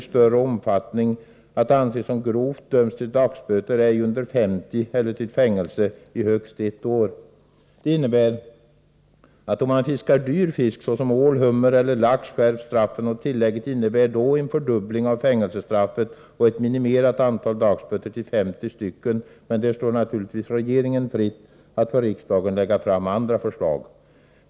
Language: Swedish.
Det finns i förslaget från laxutredningen ett tillägg till nuvarande lag som lyder: Det betyder att om man fiskar dyr fisk såsom ål, hummer eller lax skärps straffen. Tillägget innebär en fördubbling av fängelsestraffet och en ökning av minimerat antal dagsböter till 50. Men det står naturligtvis regeringen fritt att för riksdagen lägga fram andra förslag.